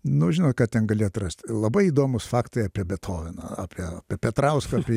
nu žinot ką ten gali atrast labai įdomūs faktai apie betoveną apie petrauską